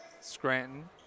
Scranton